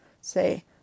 say